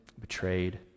betrayed